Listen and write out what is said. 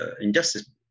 injustice